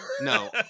No